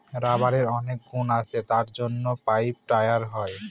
রাবারের অনেক গুণ আছে তার জন্য পাইপ, টায়ার হয়